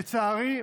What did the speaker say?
לצערי,